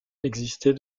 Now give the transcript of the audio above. exister